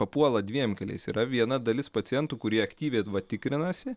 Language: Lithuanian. papuola dviem keliais yra viena dalis pacientų kurie aktyviai tikrinasi